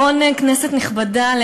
כנסת נכבדה,